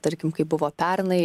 tarkim kaip buvo pernai